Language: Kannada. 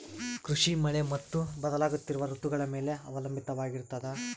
ಕೃಷಿ ಮಳೆ ಮತ್ತು ಬದಲಾಗುತ್ತಿರುವ ಋತುಗಳ ಮೇಲೆ ಅವಲಂಬಿತವಾಗಿರತದ